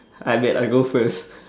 I bet I'll go first